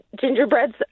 gingerbreads